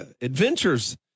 adventures